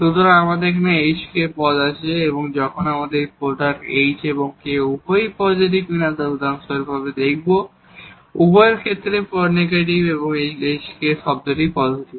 সুতরাং আমাদের এই দুটি hk পদ আছে যখন এই প্রোডাক্ট h এবং k উভয়ই পজিটিভ কিনা উদাহরণস্বরূপ দেখব উভয়ের মধ্যে নেগেটিভ এই hk টার্মটি পজিটিভ